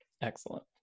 excellent